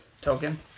token